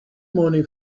money